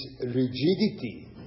rigidity